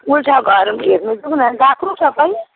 उल्टा घर हेर्नु जाऊँ न गएको तपाईँ